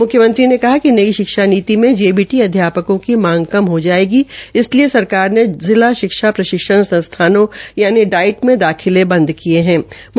मुख्यमंत्री ने कहा कि नई शिक्षा नीति मे जेबीटी अध्यापकों की मांग कम हो जायेगी इसलिये सरकार ने जिला शिक्षा प्रशिक्षण संस्थानों यानि डाइट में दाखिले बंदर किये गये है